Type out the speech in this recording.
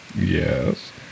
Yes